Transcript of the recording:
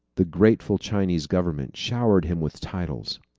the grateful chinese government showered him with titles.